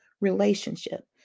Relationship